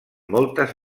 moltes